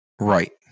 Right